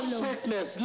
sickness